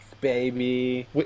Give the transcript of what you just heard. baby